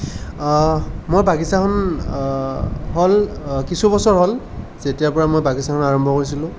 মোৰ বাগিছাখন হ'ল কিছু বছৰ হ'ল যেতিয়াৰ পৰা মই বাগিছাখন আৰম্ভ কৰিছিলোঁ